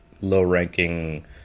low-ranking